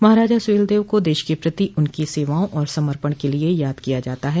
महाराजा सुहेलदेव को देश के प्रति उनकी सेवाओं और समर्पण के लिए याद किया जाता है